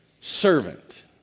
servant